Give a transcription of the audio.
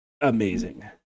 amazing